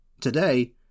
Today